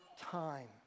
time